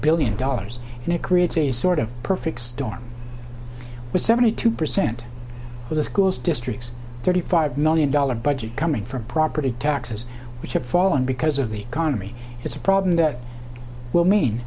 billion dollars and it creates a sort of perfect storm with seventy two percent of the schools districts thirty five million dollars budget coming from property taxes which have fallen because of the economy it's a problem that will mean